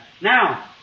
Now